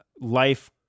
life